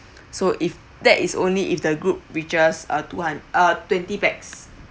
so if that is only if the group reaches uh two hund~ uh twenty pax